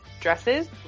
dresses